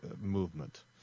movement